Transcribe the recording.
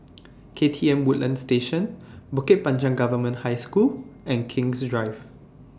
K T M Woodlands Station Bukit Panjang Government High School and King's Drive